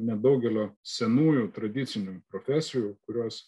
nedaugelio senųjų tradicinių profesijų kurios